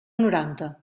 noranta